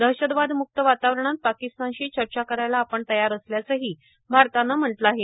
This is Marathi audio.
दहशतवाद मुक्त वातावरणात पाकिस्तानशी चर्चा करायला आपण तयार असल्याचंही भारतानं म्हटलं आहे